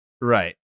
right